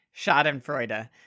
schadenfreude